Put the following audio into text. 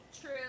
True